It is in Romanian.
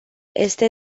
este